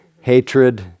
hatred